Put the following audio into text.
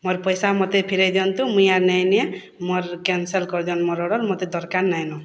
ମୋର୍ ପଇସା ମୋତେ ଫେରାଇ ଦିଅନ୍ତୁ ମୁଇଁ ଆରୁ ନେହିଁ ନିଏ ମୋର କ୍ୟାନ୍ସଲ୍ କରିଦିନ୍ ମୋର ଅର୍ଡ଼ର୍ ମୋତେ ଦରକାର୍ ନାଇଁ ନ